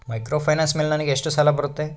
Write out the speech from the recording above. Microfinance ಮೇಲೆ ನನಗೆ ಎಷ್ಟು ಸಾಲ ಬರುತ್ತೆ?